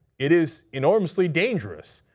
it is enormously dangerous,